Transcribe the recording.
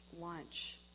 lunch